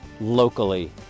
locally